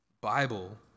Bible